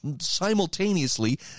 simultaneously